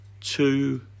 two